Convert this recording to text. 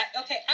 Okay